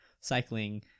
cycling